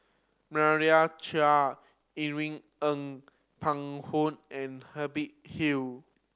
Meira Chand Irene Ng Phek Hoong and Hubert Hill